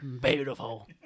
Beautiful